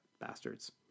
bastards